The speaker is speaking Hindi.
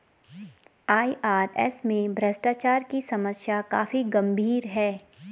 आई.आर.एस में भ्रष्टाचार की समस्या काफी गंभीर है